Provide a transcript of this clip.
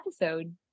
episode